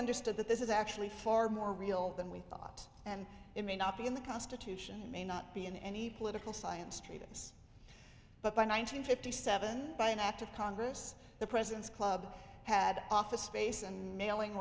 understood that this is actually far more real than we thought and it may not be in the constitution and may not be in any political science treatise but by one nine hundred fifty seven by an act of congress the president's club had office space and mailing